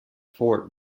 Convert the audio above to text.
fort